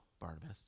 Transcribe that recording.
Barnabas